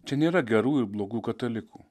čia nėra gerų ir blogų katalikų